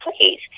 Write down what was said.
please